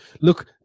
Look